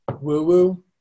woo-woo